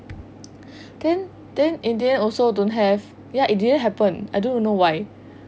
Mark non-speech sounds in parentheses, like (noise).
(breath) then then in the end also don't have ya it didn't happen I don't know why